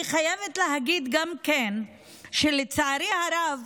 אני חייבת להגיד גם שלצערי הרב,